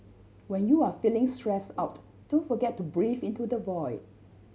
when you are feeling stress out don't forget to breathe into the void